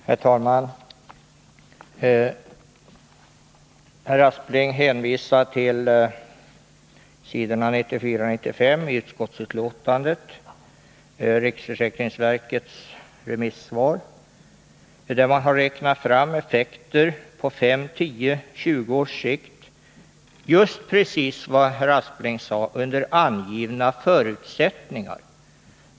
Herr talman! Herr Aspling hänvisar till riksförsäkringsverkets remissvar som redovisas på s. 94 och 95 i utskottsbetänkandet. Riksförsäkringsverket har räknat fram effekterna på fem, tio och tjugo års sikt, just precis som herr Aspling sade under angivna förutsättningar...